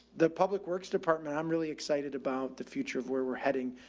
the public works department, i'm really excited about the future of where we're heading.